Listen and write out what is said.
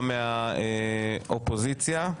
גם מהאופוזיציה.